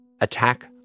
attack